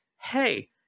hey